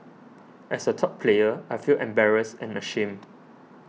as a top player I feel embarrassed and ashamed